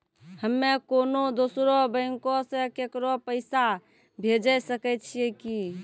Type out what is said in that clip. हम्मे कोनो दोसरो बैंको से केकरो पैसा भेजै सकै छियै कि?